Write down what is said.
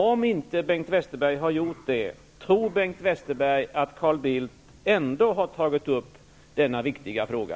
Om inte Bengt Westerberg har gjort detta, tror Bengt Westerberg att Carl Bildt har tagit upp denna viktiga fråga?